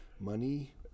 money